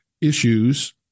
issues